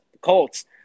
Colts